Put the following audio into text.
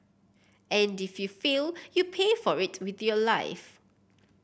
and if you fail you pay for it with your life